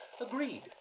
agreed